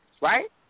right